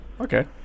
Okay